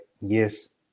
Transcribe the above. yes